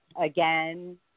again